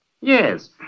Yes